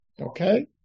Okay